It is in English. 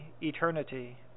Eternity